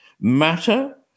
matter